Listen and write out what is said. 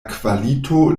kvalito